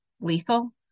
lethal